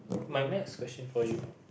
my next question for you